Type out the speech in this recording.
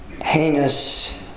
heinous